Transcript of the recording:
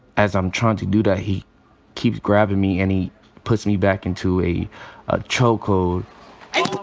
as i'm tryin' to do that, he keeps grabbing me and he puts me back into a ah chokehold